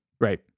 Right